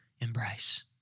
embrace